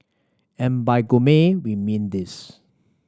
and by gourmet we mean this